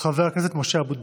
חבר הכנסת משה אבוטבול.